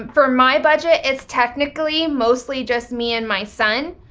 for my budget it's technically, mostly just me and my son.